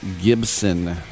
Gibson